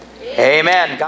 Amen